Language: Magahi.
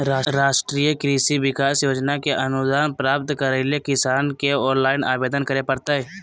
राष्ट्रीय कृषि विकास योजना के अनुदान प्राप्त करैले किसान के ऑनलाइन आवेदन करो परतय